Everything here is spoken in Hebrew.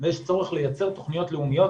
ויש צורך לייצר תוכניות לאומיות.